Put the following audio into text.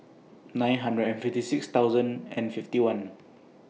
nine hundred and fifty six thousand and fifty one